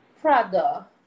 Prada